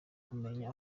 kumenya